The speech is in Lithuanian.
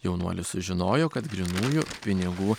jaunuolis sužinojo kad grynųjų pinigų